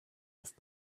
left